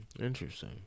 interesting